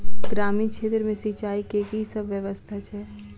ग्रामीण क्षेत्र मे सिंचाई केँ की सब व्यवस्था छै?